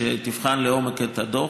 שתבחן לעומק את הדוח,